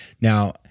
Now